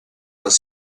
les